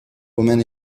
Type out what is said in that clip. women